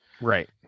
Right